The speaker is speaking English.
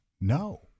no